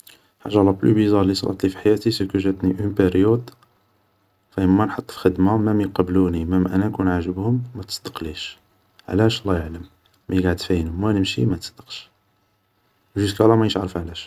حاجة لا بلو بيزار اللي صراتلي في حياتي سيكو جاتني اون باريود فاين ما نحط في خدمة مام يقبلوني مام انا نكون عاجبهم ما تصدقليش, علاش؟ الله يعلم, مي قعدت فاين ما نمشي ما تصدقش, جوسكا لا مانيش عارف علاش